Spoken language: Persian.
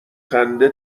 خنده